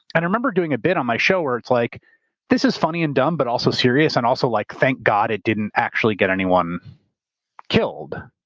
and i remember doing a bit on my show where it's like this is funny and dumb but also serious and also like thank god it didn't actually get anyone killed.